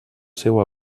seua